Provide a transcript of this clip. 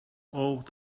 old